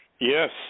yes